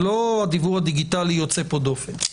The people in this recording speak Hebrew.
זה לא הדיוור הדיגיטלי יוצא דופן פה.